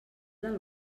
del